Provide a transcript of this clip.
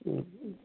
ꯎꯝ